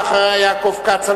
ואחריה חברי הכנסת יעקב כץ,